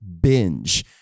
binge